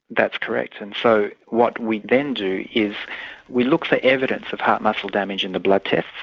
that's correct. and so what we then do is we look for evidence of heart muscle damage in the blood tests,